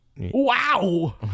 Wow